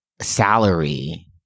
salary